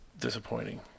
disappointing